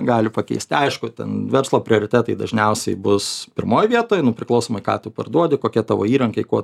gali pakeist aišku ten verslo prioritetai dažniausiai bus pirmoj vietoj nu priklausomai ką tu parduodi kokie tavo įrankiai kuo